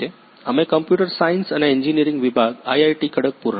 અમે computer science અને engineering વિભાગ આઈઆઈટી ખડગપુરના છીએ